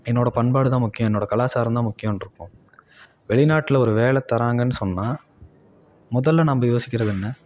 என்னோடய பண்பாடு தான் முக்கியம் என்னோடய கலாச்சாரந்தான் முக்கியன்ருக்கோம் வெளிநாட்டில் ஒரு வேலை தராங்கன்னு சொன்னால் முதலில் நம்ம யோசிக்கிறது என்ன